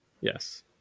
yes